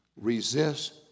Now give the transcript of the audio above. Resist